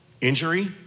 injury